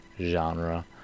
genre